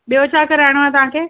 ॿियो छा कराइणो आहे तव्हांखे